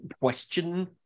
question